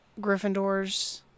Gryffindors